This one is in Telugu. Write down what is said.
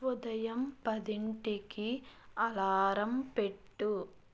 ఉదయం పదింటికి అలారం పెట్టు